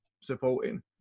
supporting